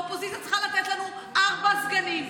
האופוזיציה צריכה לתת לנו ארבעה סגנים.